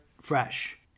fresh